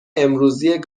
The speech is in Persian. امروزی